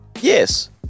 Yes